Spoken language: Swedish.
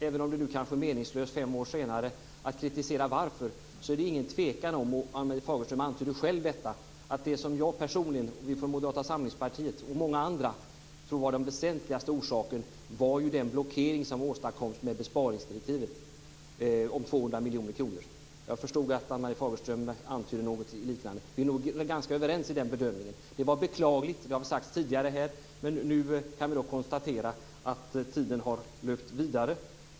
Även om det kanske är meningslöst att fem år senare kritisera det, är det ingen tvekan om att det som jag personligen, Moderata samlingspartiet och många andra tror var den väsentligaste orsaken var den blockering som åstadkoms med besparingsdirektivet om 200 miljoner kronor. Jag förstod att Ann-Marie Fagerström antydde något liknande. Vi är nog ganska överens om den bedömningen. Det var beklagligt, som har sagts tidigare, men nu kan vi konstatera att tiden har löpt vidare.